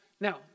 Now